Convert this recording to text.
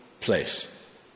place